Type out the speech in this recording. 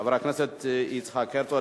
חבר הכנסת יצחק הרצוג,